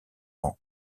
ans